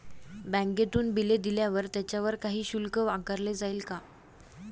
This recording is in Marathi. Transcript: बँकेतून बिले दिल्यावर त्याच्यावर काही शुल्क आकारले जाईल का?